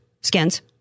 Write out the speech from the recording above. skins